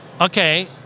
okay